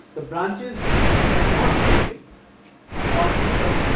the branches which are not taken are not inserted